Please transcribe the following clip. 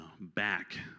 back